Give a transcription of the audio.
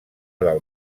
del